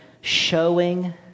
showing